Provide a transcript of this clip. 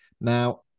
now